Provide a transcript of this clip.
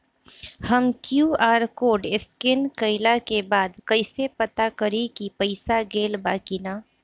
हम Q R code scan कइला के बाद कइसे पता करि की पईसा गेल बा की न?